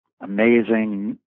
amazing